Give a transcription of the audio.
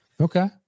Okay